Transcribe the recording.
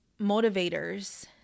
motivators